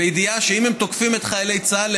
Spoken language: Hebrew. בידיעה שאם הם תוקפים את חיילי צה"ל,